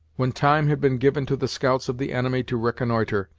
when time had been given to the scouts of the enemy to reconnoitre,